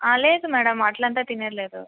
లేదు మ్యాడమ్ అట్లంత తినేది లేదు